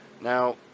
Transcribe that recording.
Now